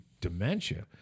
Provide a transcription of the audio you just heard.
dementia